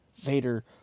Vader